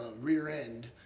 rear-end